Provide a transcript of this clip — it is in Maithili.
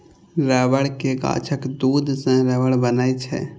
रबड़ के गाछक दूध सं रबड़ बनै छै